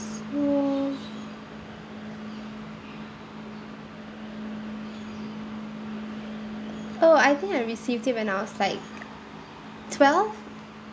so oh I think I received it when I was like twelve